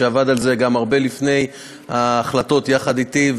שעבד על זה גם הרבה לפני ההחלטות יחד אתי,